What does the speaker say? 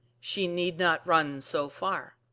she need not run so far.